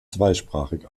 zweisprachig